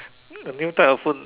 a new type of food